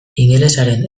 ingelesaren